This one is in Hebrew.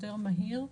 יותר מהיר,